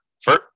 first